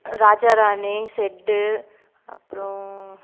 ராஜா ராணி செட்டு அப்புறோம்